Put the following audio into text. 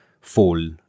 full